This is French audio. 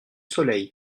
soleil